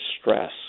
stress